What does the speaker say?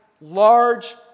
large